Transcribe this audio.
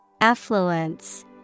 Affluence